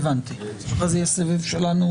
אחרי זה יהיה סבב שלנו?